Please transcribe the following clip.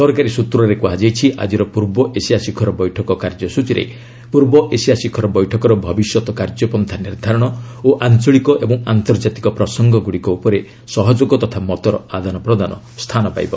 ସରକାରୀ ସ୍ନତ୍ରରେ କୁହାଯାଇଛି ଆଜିର ପୂର୍ବ ଏସିଆ ଶିଖର ବୈଠକ କାର୍ଯ୍ୟସ୍ତଚୀରେ ପୂର୍ବ ଏସିଆ ଶିଖର ବୈଠକର ଭବିଷ୍ୟତ କାର୍ଯ୍ୟପନ୍ତା ନିର୍ଦ୍ଧାରଣ ଓ ଆଞ୍ଚଳିକ ଏବଂ ଆନ୍ତର୍ଜାତିକ ପ୍ରସଙ୍ଗଗୁଡ଼ିକ ଉପରେ ସହଯୋଗ ତଥା ମତର ଆଦାନ ପ୍ରଦାନ ସ୍ଥାନ ପାଇବ